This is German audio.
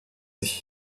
ich